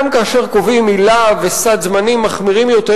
גם כאשר קובעים עילה וסד זמנים מחמירים יותר,